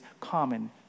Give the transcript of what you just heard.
common